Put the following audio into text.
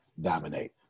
dominate